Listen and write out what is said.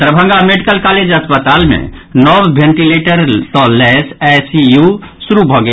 Darbhanga medical college अस्पताल मे नव वेंटीलेटर सँ लेश आईसीयू शुरू भऽ गेल